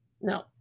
No